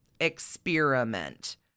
experiment